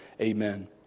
Amen